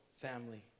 family